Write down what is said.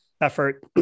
effort